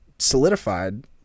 Solidified